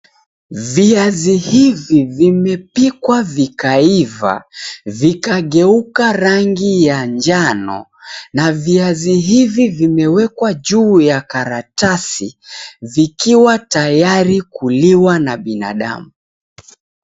Viazi hivi vimepikwa vikaiva, vikageuka rangi ya njano na viazi hivi vimewekwa juu ya karatasi, vikiwa tayali kuliwa na binadamu.